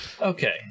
Okay